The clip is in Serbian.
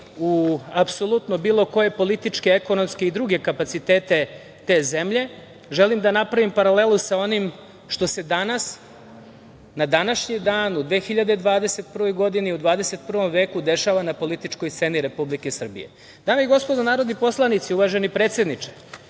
u apsolutno bilo koje političke, ekonomske i druge kapacitete te zemlje, želim da napravim paralelu sa onim što se danas, na današnji dan u 2021. godini, u 21. veku dešava na političkoj sceni Republike Srbije. Dame i gospodo narodni poslanici, uvaženi predsedniče,